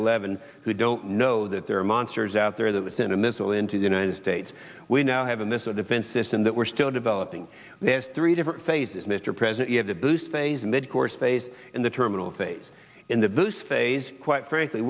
eleven who don't know that there are monsters out there that within a missile into the united states we now have a missile defense system that we're still developing there's three different phases mr president you have to boost phase midcourse they say in the terminal phase in the boost phase quite frankly